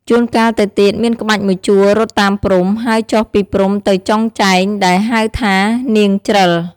ជួនកាលទៅទៀតមានក្បាច់មួយជួររត់តាមព្រំ ហើយចុះពីព្រំទៅចុងចែង ដែលហៅថា “នាងច្រិល”។